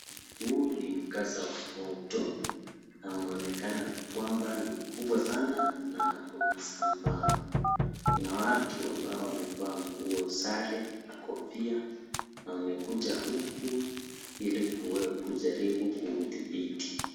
Huu ni mkasa wa moto na unaonekana kwamba ni mkubwa sana na unasambaa. Kuna watu ambao wamevaa nguo sare na kofia na wamekuja huku ili kujaribu kuudhibiti.